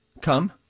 come